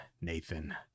Nathan